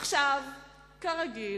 עכשיו כרגיל,